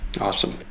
Awesome